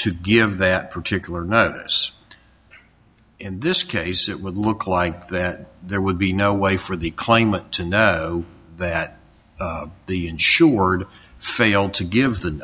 to give that particular notice in this case it would look like that there would be no way for the climate to know that the insured failed to give the